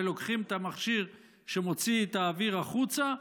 ולוקחים את המכשיר שמוציא את האוויר החוצה,